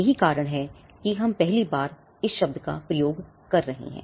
यही कारण है कि हम पहली बार यह शब्द का प्रयोग कर रहे हैं